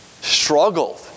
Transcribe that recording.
struggled